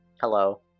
Hello